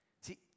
See